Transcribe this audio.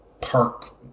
Park